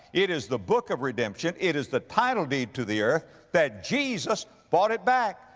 it is the book of redemption. it is the title deed to the earth that jesus bought it back.